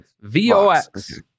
V-O-X